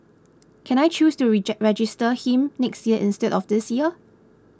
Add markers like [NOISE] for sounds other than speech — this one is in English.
can I choose to [UNINTELLIGIBLE] register him next year instead of this year